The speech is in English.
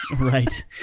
Right